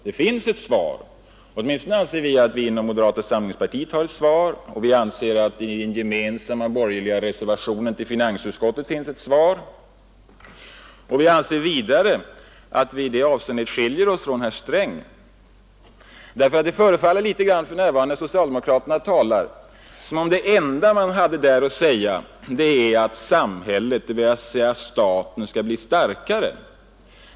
Det finns ett svar — åtminstone anser vi inom moderata samlingspartiet att vi har ett svar. Vi anser att det i den gemensamma borgerliga reservationen till finansutskottets betänkande finns ett svar, och vi anser vidare att vi i det avseendet skiljer oss från herr Sträng. När socialdemokraterna talar förefaller det nämligen som om det enda de hade att säga var att ”samhället”, dvs. staten, måste bli starkare.